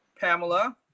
Pamela